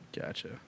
Gotcha